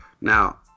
Now